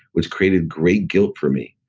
which created great guilt for me.